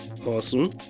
Awesome